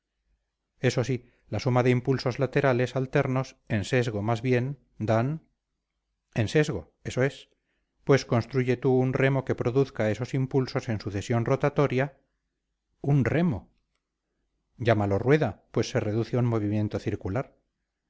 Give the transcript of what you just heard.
eso sí la suma de impulsos laterales alternos en sesgo más bien dan en sesgo eso es pues construye tú un remo que produzca esos impulsos en sucesión rotatoria un remo llámalo rueda pues se reduce a un movimiento circular